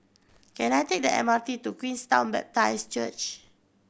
can I take the M R T to Queenstown Baptist Church